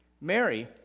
Mary